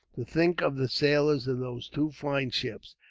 to think of the sailors of those two fine ships.